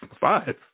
five